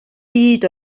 byd